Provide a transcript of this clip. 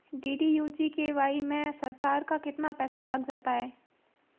DDU GKY में सरकार का कितना पैसा लग जाता है?